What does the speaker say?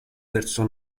verso